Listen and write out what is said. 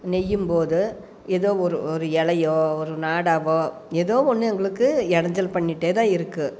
நெய்யும் போது ஏதோவொரு ஒரு இலையோ ஒரு நாடாவோ ஏதோ ஒன்று எங்களுக்கு இடைஞ்சல் பண்ணிட்டேதான் இருக்கும்